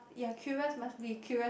you're curious must be curious